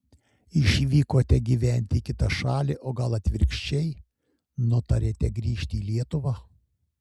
išvykote gyventi į kitą šalį o gal atvirkščiai nutarėte grįžti į lietuvą